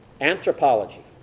anthropology